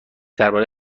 درباره